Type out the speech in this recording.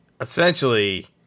essentially